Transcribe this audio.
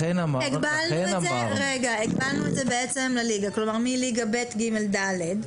הגבלנו את זה בעצם לליגה, כלומר מליגה ב', ג', ד'.